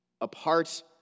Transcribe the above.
Apart